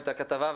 את הכתבה,